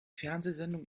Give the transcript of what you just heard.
fernsehsendung